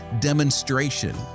Demonstration